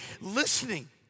listening